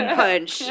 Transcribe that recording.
punch